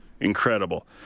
incredible